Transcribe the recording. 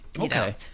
Okay